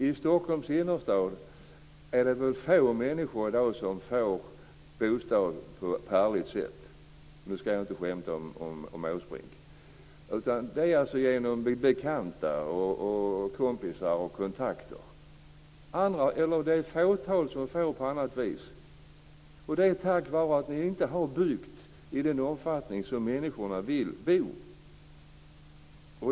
I Stockholms innerstad är det få människor i dag som får bostad på ärligt sätt - och nu skall jag inte skämta om Åsbrink. Det är genom bekanta, kompisar och kontakter som man får en bostad. Det är ett fåtal som får en bostad på annat vis. Det är på grund av att ni inte har byggt i den omfattning som människorna vill bo.